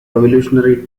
revolutionary